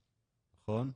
נכון?